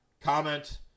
comment